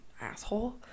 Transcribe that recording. asshole